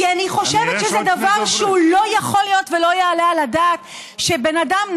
כי אני חושבת שזה דבר שלא יכול להיות ולא יעלה על הדעת שכשבן אדם,